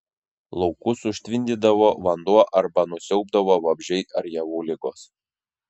laukus užtvindydavo vanduo arba nusiaubdavo vabzdžiai ar javų ligos